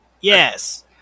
yes